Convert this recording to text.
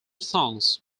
songs